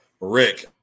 Rick